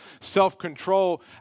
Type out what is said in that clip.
self-control